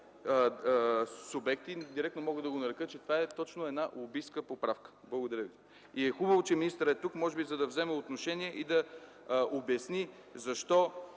субекти и директно мога да го нарека, че това е точно една лобистка поправка. Хубаво е, че министърът е тук, може би за да вземе отношение и да обясни защо